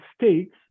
states